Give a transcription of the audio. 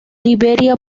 liberia